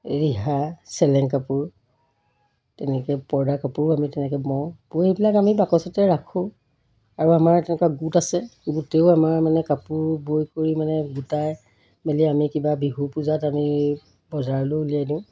ৰিহা চেলেং কাপোৰ তেনেকৈ পৰ্দা কাপোৰো আমি তেনেকৈ বওঁ বৈ এইবিলাক আমি বাকচতে ৰাখোঁ আৰু আমাৰ তেনেকুৱা গোট আছে গোটেও আমাৰ মানে কাপোৰ বৈ কৰি মানে গোটাই মেলি আমি কিবা বিহু পূজাত আমি বজাৰলৈ উলিয়াই দিওঁ